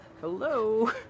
Hello